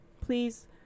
Please